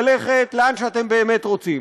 ללכת לאן שאתם באמת רוצים: